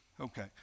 okay